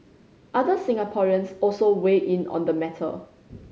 other Singaporeans also weigh in on the matter